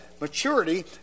maturity